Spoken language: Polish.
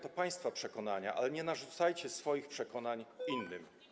To państwa przekonania, ale nie narzucajcie swoich przekonań innym.